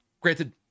Granted